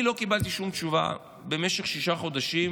לא קיבלתי שום תשובה במשך שישה חודשים